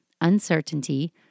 uncertainty